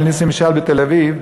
של נסים משעל בתל-אביב?